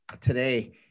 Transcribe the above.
today